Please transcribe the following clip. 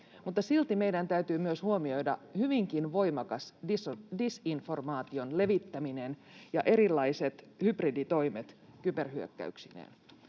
silti meidän täytyy myös huomioida hyvinkin voimakas disinformaation levittäminen ja erilaiset hybriditoimet kyberhyökkäyksineen.